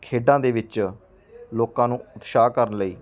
ਖੇਡਾਂ ਦੇ ਵਿੱਚ ਲੋਕਾਂ ਨੂੰ ਉਤਸ਼ਾਹ ਕਰਨ ਲਈ